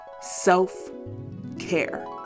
self-care